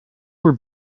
were